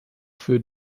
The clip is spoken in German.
für